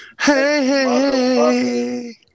hey